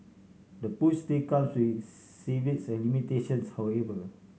the push still comes with and limitations however